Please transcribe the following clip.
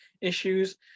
issues